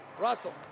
Russell